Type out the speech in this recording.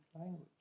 language